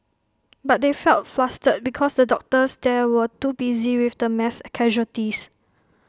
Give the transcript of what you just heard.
but they felt flustered because the doctors there were too busy with the mass casualties